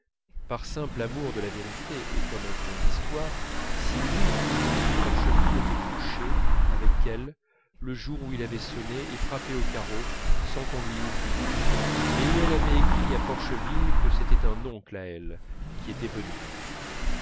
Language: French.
par simple amour de la vérité et comme un point d'histoire si oui ou non forcheville était couché avec elle le jour où il avait sonné et frappé au carreau sans qu'on lui ouvrît et où elle avait écrit à forcheville que c'était un oncle à elle qui était venu